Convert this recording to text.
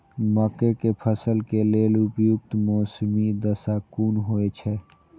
मके के फसल के लेल उपयुक्त मौसमी दशा कुन होए छै?